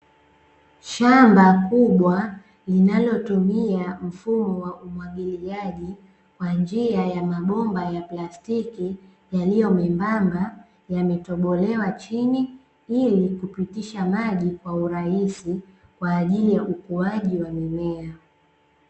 Shamba kubwa linalotumia mfumo wa umwagiliaji kwa njia ya mabomba ya plastiki yaliyomembamba, yametobolewa chini ili kupitisha maji kwa urahisi kwa ajili ya ukuaji wa mimea.